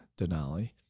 Denali